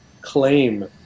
claim